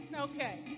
Okay